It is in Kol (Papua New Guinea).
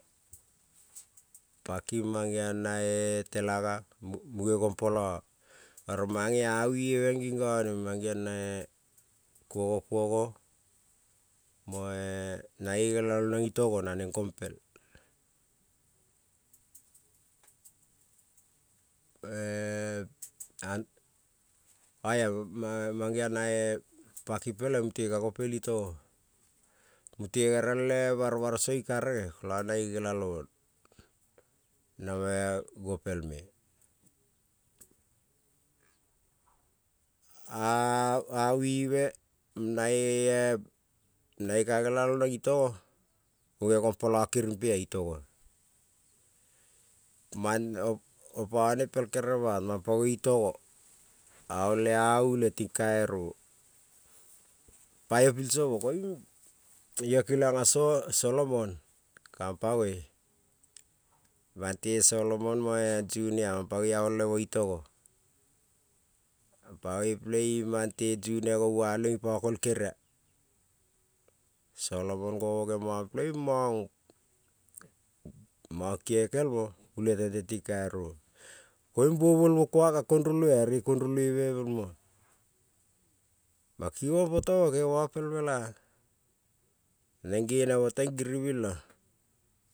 Paki mangeon na telaga mune gompolo oro mane a wive meng nin none mune, gon poloi mange on na kuogo kogo nono ne la lonen itogo nanen gompel e anto, mange on na papi pelen mute ka gopel itogo mute gerel kol nane gerel nelalo moi a, wive nane nelalom nane ka nelalo neng itogo mune gom polo kirimpe itogo mang opone pe kerebat, mang panoi itogo aol le a, ule ting kairo paio ping so mo koin vo kelion a solomon kaman panoi, mante solomon mo junia panoi, a ol e mo itogo panoi pelenin mang te junia noual i po kon e keria solomon gomo namo poi mon ke kel mo, ule tete ting kairo, koin ko rang konroloi re konpoloi bel mo mang kinon poto mo ke mo pel mela nen genemo teng giribin.